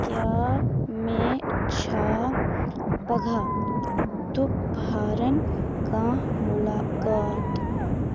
کیٛاہ مےٚ چھا پگاہ دُپہارن کانٛہہ مُلاقات